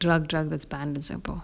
drug drug that's banned in sinagpore